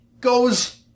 goes